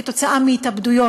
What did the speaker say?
כתוצאה מהתאבדויות,